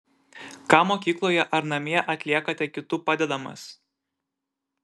ką mokykloje ar namie atliekate kitų padedamas